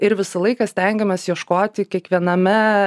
ir visą laiką stengiamės ieškoti kiekviename